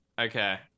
Okay